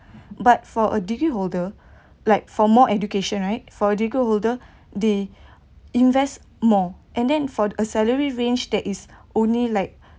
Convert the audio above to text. but for a degree holder like for more education right for degree holder they invest more and then for a salary range that is only like